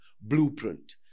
blueprint